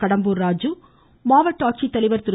கடம்பூர் ராஜு மாவட்ட ஆட்சித்தலைவர் திரு